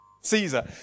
Caesar